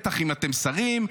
בטח אם אתם שרים.